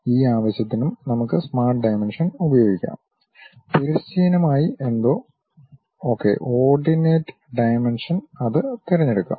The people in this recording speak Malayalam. ഈ ആവശ്യത്തിനും നമുക്ക് സ്മാർട്ട് ഡയമൻഷൻ ഉപയോഗിക്കാം തിരശ്ചീനമായി എന്തോ ഓക്കേ ഓർഡിനേറ്റ് ഡയമെൻഷൻ അത് തിരഞ്ഞെടുക്കാം